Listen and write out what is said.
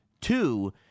two